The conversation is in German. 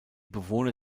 bewohner